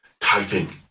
typing